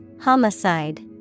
Homicide